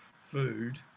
food